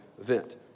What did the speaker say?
event